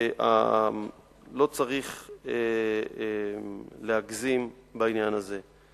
לא צריך להגזים בעניין הזה.